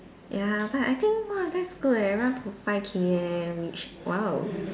ya but I think !wah! that's good leh run for five K_M which !wow!